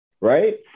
right